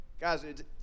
guys